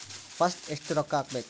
First ಎಷ್ಟು ರೊಕ್ಕ ಹಾಕಬೇಕು?